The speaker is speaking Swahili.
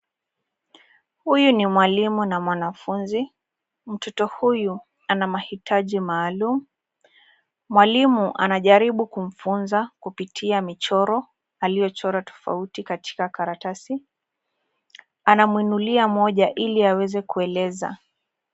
Huyu ni mwalimu na mwanafunzi. Mtoto huyu ana mahitaji maalum. Mwalimu anajaribu kumfunza kupitia michoro aliyochora tofauti katika karatasi. Anamwinulia moja ili aweze kueleza.